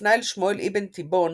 שהופנה אל שמואל אבן תיבון,